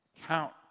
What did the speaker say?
count